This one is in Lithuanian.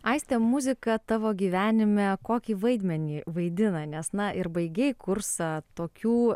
aistė muzika tavo gyvenime kokį vaidmenį vaidina nes na ir baigei kursą tokių